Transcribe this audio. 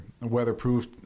weatherproof